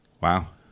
Wow